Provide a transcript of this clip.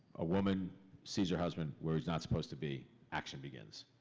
a woman sees her husband where he's not supposed to be. action begins.